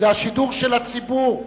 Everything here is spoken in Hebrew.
זה השידור של הציבור.